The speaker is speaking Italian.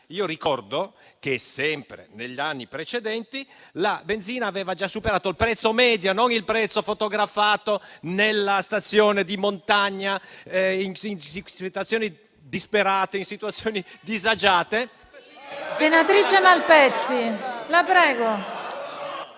ricordo che, sempre negli anni precedenti, la benzina aveva già superato il prezzo medio, non il prezzo fotografato nella stazione di montagna, in situazioni disperate e disagiate… *(Commenti)*. PRESIDENTE. Senatrice Malpezzi, la prego.